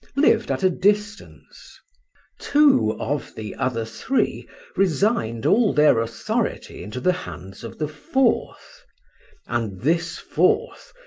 lived at a distance two of the other three resigned all their authority into the hands of the fourth and this fourth,